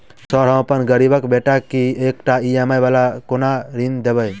Sir हम गरीबक बेटा छी एकटा ई.एम.आई वला कोनो ऋण देबै?